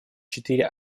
четыре